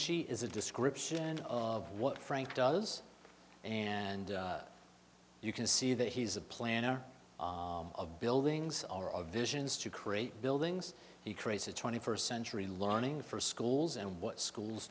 she is a description of what frank does and you can see that he's a planner of buildings are all visions to create buildings he creates a twenty first century learning for schools and what schools